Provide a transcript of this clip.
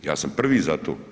Ja sam prvi za to.